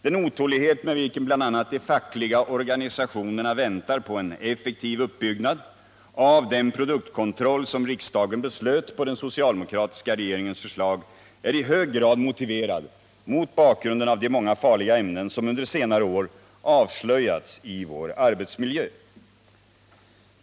Den otålighet med vilken bl.a. de fackliga organisationerna väntar på en effektiv uppbyggnad av den produktkontroll som riksdagen beslöt på den socialdemokratiska regeringens förslag är i hög grad motiverad mot bakgrunden av de många farliga ämnen som under senare år avslöjats i vår arbetsmiljö.